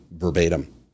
verbatim